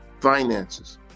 finances